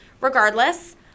regardless